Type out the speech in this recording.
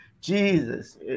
Jesus